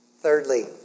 Thirdly